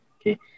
Okay